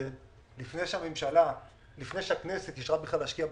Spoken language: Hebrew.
הדיבידנד לפני שהכנסת אישרה בכלל להשקיע בחברה?